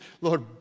Lord